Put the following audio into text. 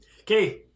okay